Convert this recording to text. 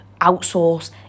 outsource